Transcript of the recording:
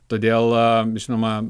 todėl žinoma